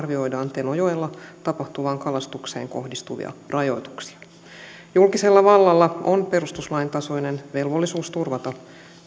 tenojoella tapahtuvaan kalastukseen kohdistuvia rajoituksia julkisella vallalla on perustuslain tasoinen velvollisuus turvata